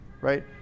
right